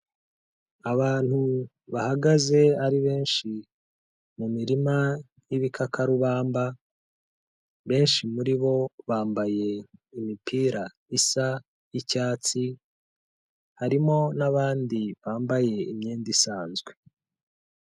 Abantu bahagaze ari benshi mu mirima y'ibikakarubamba, benshi muri bo bambaye imipira isa y'icyatsi, harimo n'abandi bambaye imyenda isanzwe.